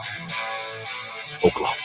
Oklahoma